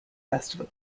festival